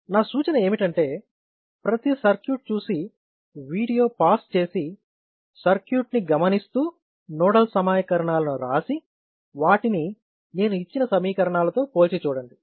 నా సూచన ఏమిటంటే ప్రతి సర్క్యూట్ చూసి వీడియో పాస్ చేసి సర్క్యూట్ ని గమనిస్తూ నోడల్ సమీకరణాలను వ్రాసి వాటిని నేను ఇచ్చిన సమీకరణాలతో పోల్చి చూడండి